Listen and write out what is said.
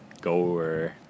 goer